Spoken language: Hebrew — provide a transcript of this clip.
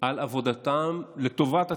על עבודתם לטובת הציבור,